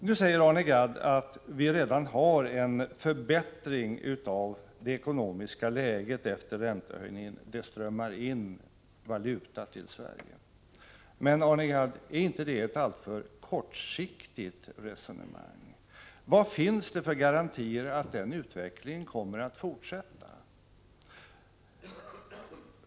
Arne Gadd säger att vi redan fått förbättringar av det ekonomiska läget efter räntehöjningen — det strömmar in valuta till Sverige. Men är inte det ett alltför kortsiktigt resonemang? Vad finns det för garantier för att utvecklingen kommer att fortsätta?